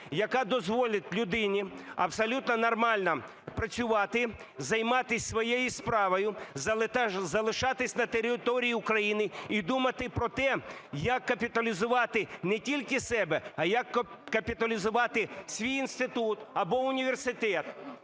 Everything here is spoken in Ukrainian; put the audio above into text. яка дозволить людині абсолютно нормально працювати, займатись своєю справою, залишатись на території України і думати про те, як капіталізувати не тільки себе, а як капіталізувати свій інститут або університет.